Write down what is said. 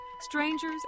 strangers